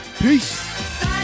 Peace